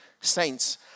Saints